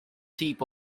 tip